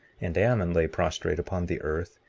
and ammon lay prostrate upon the earth,